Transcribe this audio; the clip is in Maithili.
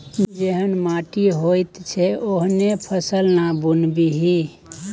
जेहन माटि होइत छै ओहने फसल ना बुनबिही